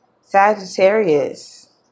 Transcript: Sagittarius